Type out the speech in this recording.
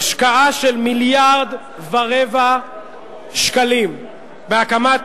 השקעה של מיליארד ורבע שקלים בהקמת